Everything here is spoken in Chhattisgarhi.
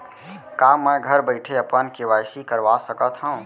का मैं घर बइठे अपन के.वाई.सी करवा सकत हव?